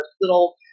little